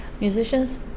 musicians